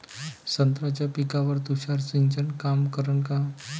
संत्र्याच्या पिकावर तुषार सिंचन काम करन का?